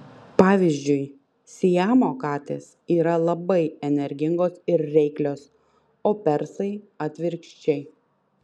pavyzdžiui siamo katės yra labai energingos ir reiklios o persai atvirkščiai